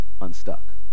unstuck